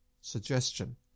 suggestion